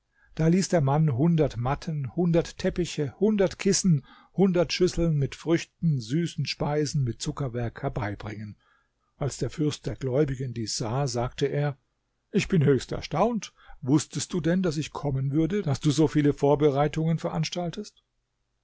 da ließ der mann hundert matten hundert teppiche hundert kissen hundert schüsseln mit früchten süßen speisen mit zuckerwerk herbeibringen als der fürst der gläubigen dies sah sagte er ich bin höchst erstaunt wußtest du denn daß ich kommen würde daß du so viele vorbereitungen veranstaltet